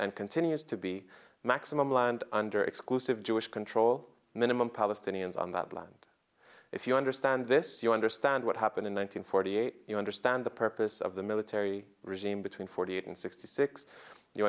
and continues to be maximum land under exclusive jewish control minimum palestinians on that land if you understand this you understand what happened in one nine hundred forty eight you understand the purpose of the military regime between forty eight and sixty six you